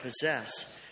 possess